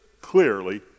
Clearly